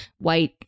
white